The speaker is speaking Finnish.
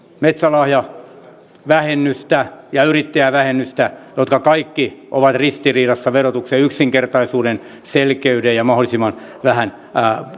metsälahjavähennystä ja yrittäjävähennystä jotka kaikki ovat ristiriidassa verotuksen yksinkertaisuuden selkeyden ja mahdollisimman vähän